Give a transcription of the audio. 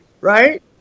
right